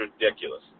ridiculous